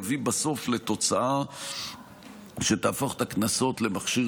הדבר יביא בסוף לתוצאה שתהפוך את הקנסות למכשיר